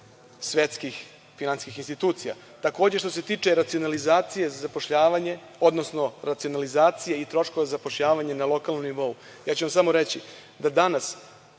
svetskih finansijskih institucija. Takođe, što se tiče racionalizacije za zapošljavanje, odnosno racionalizacije i troškova zapošljavanja na lokalnom nivou, ja ću vam samo reći da danas